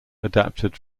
adapted